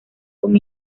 con